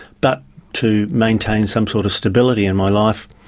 but to maintain some sort of stability in my life,